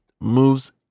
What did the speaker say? moves